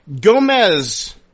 Gomez